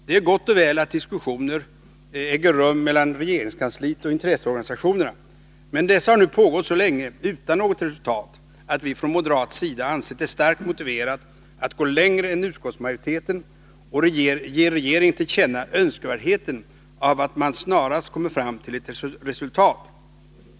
Det är gott och väl att diskussioner äger rum mellan regeringskansliet och intresseorganisationerna, men dessa har nu pågått så länge utan något resultat att vi från moderat sida anser det starkt motiverat att gå längre än utskottsmajoriteten och ge regeringen till känna önskvärdheten av att man snarast kommer fram till ett resultat.